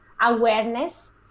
awareness